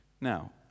Now